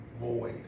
void